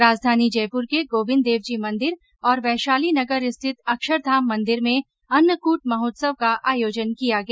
राजधानी जयपुर के गोविन्द देवजी मन्दिर और वैशाली नगर स्थित अक्षरधाम मन्दिर में अन्नकूट महोत्सव का आयोजन किया गया